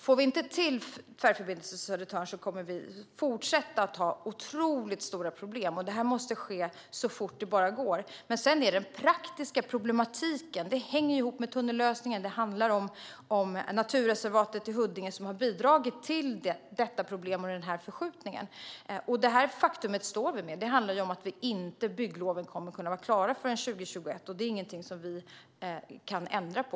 Får vi inte till Tvärförbindelse Södertörn kommer vi att fortsätta att ha otroligt stora problem. Det här måste ske så fort det bara går. Den praktiska problematiken hänger ihop med tunnellösningen. Naturreservatet i Huddinge har bidragit till det här problemet och den här förskjutningen. Detta faktum står vi med. Byggloven kommer inte att kunna vara klara förrän 2021, och det är tyvärr ingenting vi kan ändra på.